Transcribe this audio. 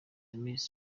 amis